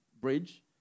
bridge